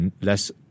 less